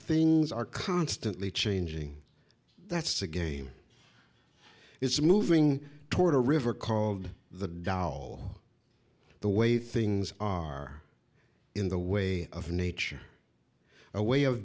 things are constantly changing that's a game it's moving toward a river called the doll the way things are in the way of nature a way of